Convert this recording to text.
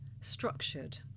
structured